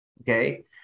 okay